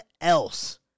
else